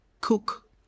cook